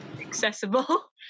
Accessible